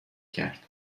کرد